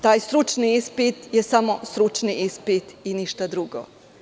Taj stručni ispit je samo stručni ispit i ništa drugo.